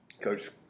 Coach